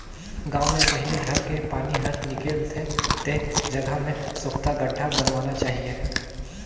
गांव में पहली घर के पानी हर निकल थे ते जगह में सोख्ता गड्ढ़ा बनवाना चाहिए